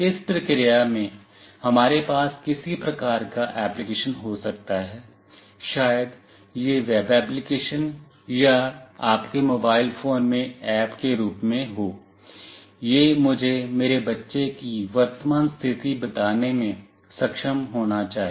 इस प्रक्रिया में हमारे पास किसी प्रकार का एप्लिकेशन हो सकता है शायद यह वेब एप्लिकेशन या आपके मोबाइल फोन में ऐप के रूप में हो यह मुझे मेरे बच्चे की वर्तमान स्थिति बताने में सक्षम होना चाहिए